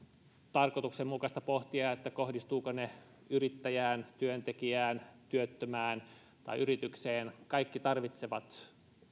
tarkoituksenmukaista pohtia kohdistuvatko ne yrittäjään työntekijään työttömään tai yritykseen kaikki tarvitsevat